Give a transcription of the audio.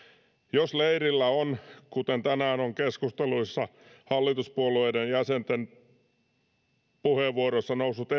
jos leirillä on kuten tänään on keskusteluissa hallituspuolueiden jäsenten puheenvuoroissa noussut